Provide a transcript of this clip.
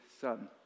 son